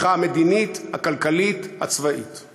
לקבל, לא רק לתת.